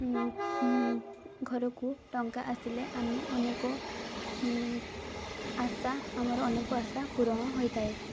ଘରକୁ ଟଙ୍କା ଆସିଲେ ଆମେ ଅନେକ ଆଶା ଆମର ଅନେକ ଆଶା ପୂରଣ ହୋଇଥାଏ